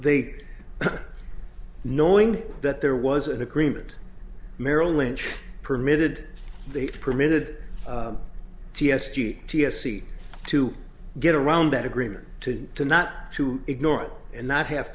they knowing that there was an agreement merrill lynch permitted they permitted ts t g ts e to get around that agreement to to not to ignore it and not have